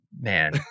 Man